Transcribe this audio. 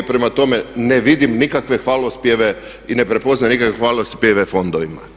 Prema tome, ne vidim nikakve hvalospjeve i ne prepoznajem nikakve hvalospjeve fondovima.